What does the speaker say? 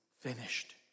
finished